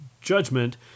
judgment